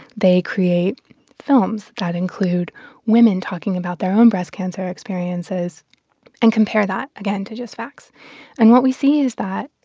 they create films that include women talking about their own breast cancer experiences and compare that, again, to just facts and what we see is that,